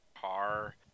car